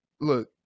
look